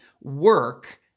work